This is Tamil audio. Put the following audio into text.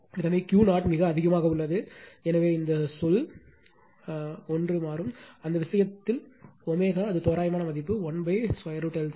எனவே Q0 மிக அதிகமாக உள்ளது எனவே இந்த சொல் 1 மாறும் அந்த விஷயத்தில்ω அது தோராயமான மதிப்பு 1 √L C